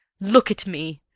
look at me.